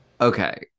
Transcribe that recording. Okay